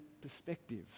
perspective